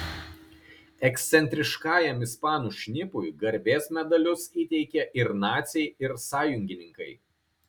ekscentriškajam ispanų šnipui garbės medalius įteikė ir naciai ir sąjungininkai